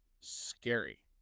scary